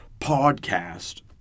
podcast